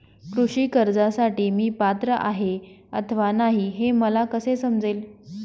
कृषी कर्जासाठी मी पात्र आहे अथवा नाही, हे मला कसे समजेल?